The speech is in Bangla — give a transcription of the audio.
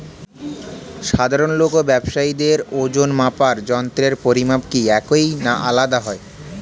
সাধারণ লোক ও ব্যাবসায়ীদের ওজনমাপার যন্ত্রের পরিমাপ কি একই না আলাদা হয়?